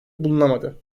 bulunamadı